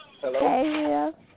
Hello